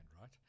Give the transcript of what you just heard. right